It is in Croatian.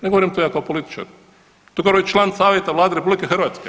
Ne govorim to ja kao političar, to govori član savjeta Vlade RH.